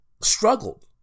struggled